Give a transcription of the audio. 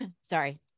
Sorry